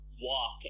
walk